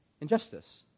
injustice